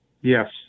Yes